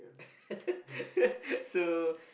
so